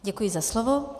Děkuji za slovo.